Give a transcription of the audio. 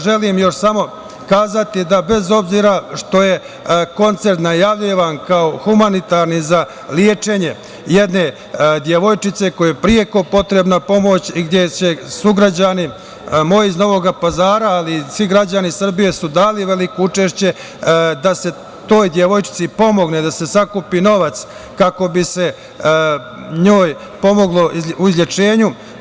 Želim još samo reći da bez obzira što je koncert najavljivan kao humanitarni za lečenje jedne devojčice kojoj je preko potrebna pomoć, gde će moji sugrađani iz Novog Pazara, ali i svi građani Srbije su dali veliko učešće da se toj devojčici pomogne da se sakupi novac kako bi se njoj pomoglo u izlečenju.